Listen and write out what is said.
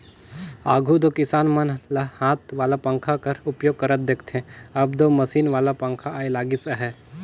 आघु दो किसान मन ल हाथ वाला पंखा कर उपयोग करत देखथे, अब दो मसीन वाला पखा आए लगिस अहे